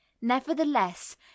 nevertheless